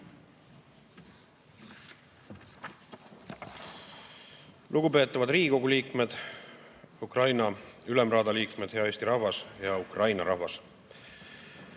Lugupeetavad Riigikogu liikmed! Ukraina Ülemraada liikmed! Hea Eesti rahvas! Hea Ukraina rahvas!